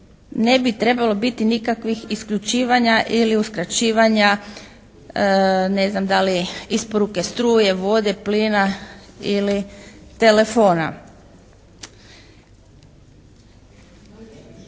ne bi trebalo biti nikakvih isključivanja ili uskraćivanja ne znam da li isporuke struje, vode, plina ili telefona.